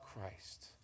Christ